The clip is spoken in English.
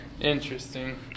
Interesting